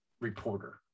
reporter